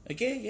Okay